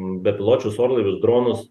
bepiločius orlaivius dronus